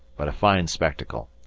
but a fine spectacle,